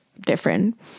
different